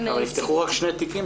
--- הרי בשנת 2019 נפתחו רק שני תיקים.